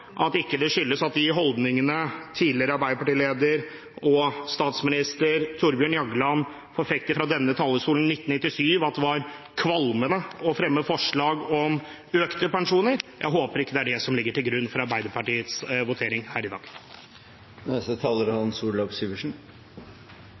det ikke skyldes de holdningene tidligere arbeiderpartileder og tidligere statsminister Torbjørn Jagland forfektet fra denne talerstolen i 1997, at det var kvalmende å fremme forslag om økte pensjoner. Jeg håper det ikke er det som ligger til grunn for Arbeiderpartiets votering her i dag. Noen bemerkninger mot slutten av debatten: Jeg kan berolige representanten Kolberg med at det er